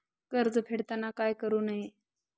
कर्ज फेडताना काय करु नये?